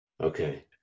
Okay